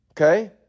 Okay